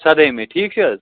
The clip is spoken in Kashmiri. سدٲیمہِ تھیٖک چھِ حظ